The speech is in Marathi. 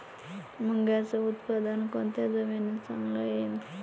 मुंगाचं उत्पादन कोनच्या जमीनीत चांगलं होईन?